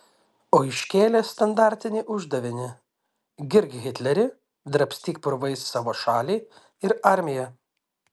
o iškėlė standartinį uždavinį girk hitlerį drabstyk purvais savo šalį ir armiją